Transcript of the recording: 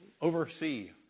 oversee